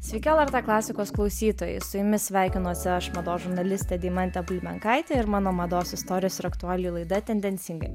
sveiki lrt klasikos klausytojai su jumis sveikinuosi aš mados žurnalistė deimantė bulbenkaitė ir mano mados istorijos ir aktualijų laida tendencingai